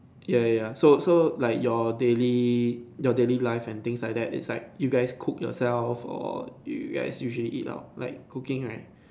ya ya ya so so like your daily your daily life and things like that it's like you guys cook yourselves or you guys usually eat out like cooking right